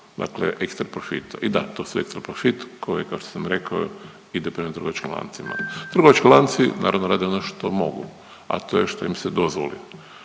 dakle ekstra profita i da to su ekstra profit koji kao što sam rekao ide prema trgovačkim lancima. Trgovački lanci naravno rade ono što mogu, a to je što im se dozvoli.